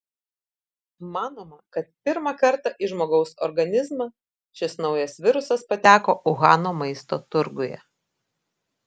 manoma kad pirmą kartą į žmogaus organizmą šis naujas virusas pateko uhano maisto turguje